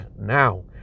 now